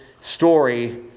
story